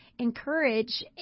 encourage